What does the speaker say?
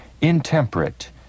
intemperate